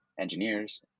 engineers